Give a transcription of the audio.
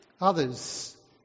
Others